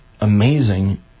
amazing